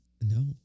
No